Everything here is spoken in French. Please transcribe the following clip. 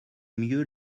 mieux